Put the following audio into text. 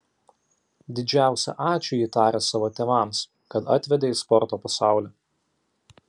didžiausią ačiū ji taria savo tėvams kad atvedė į sporto pasaulį